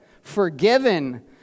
forgiven